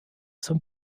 zum